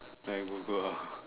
I Google ah